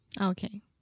Okay